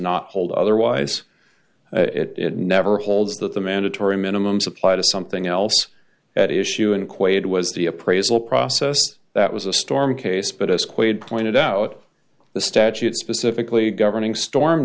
not hold otherwise it never holds that the mandatory minimums apply to something else at issue in quaid was the appraisal process that was a storm case but as quaid pointed out the statute specifically governing storm